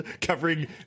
covering